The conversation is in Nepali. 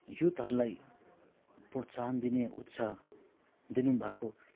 युथहरूलाई प्रोत्साहन दिने उत्साह दिनु भएको